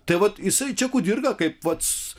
tai vat jisai čia kudirka kaip vats